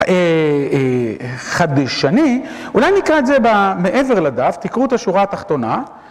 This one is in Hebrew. חדשני, אולי נקרא את זה מעבר לדף, תקראו את השורה התחתונה.